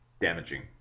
damaging